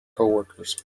coworkers